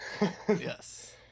Yes